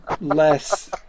Less